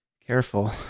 Careful